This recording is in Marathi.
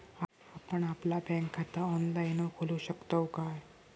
आपण आपला बँक खाता ऑनलाइनव खोलू शकतव काय?